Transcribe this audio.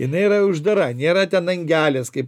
jinai yra uždara nėra ten angelės kaip